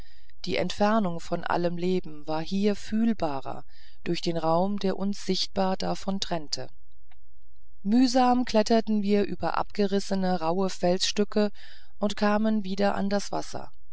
die entfernung von allem leben war hier fühlbarer durch den raum der uns sichtbar davon trennte mühsam kletterten wir über abgerissene rauhe felsstücke und kamen wieder an das wasser